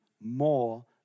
more